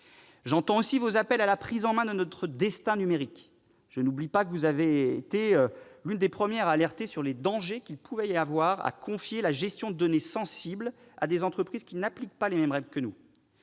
J'entends aussi vos appels à la prise en main de notre destin numérique. Je n'oublie pas que vous avez été l'une des premières à alerter sur les dangers qu'il pouvait y avoir à confier la gestion de données sensibles à des entreprises qui n'appliquent pas les mêmes règles que nous.